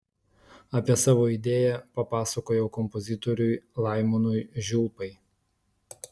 apie savo idėją papasakojau kompozitoriui laimonui žiulpai